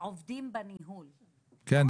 עובדים בניהול עושים טעויות תוך כדי --- כן,